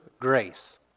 Grace